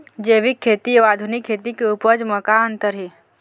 जैविक खेती अउ आधुनिक खेती के उपज म का अंतर हे?